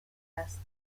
است